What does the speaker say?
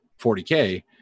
40k